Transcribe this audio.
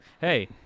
hey